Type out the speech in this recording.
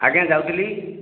ଆଜ୍ଞା ଯାଉଥିଲି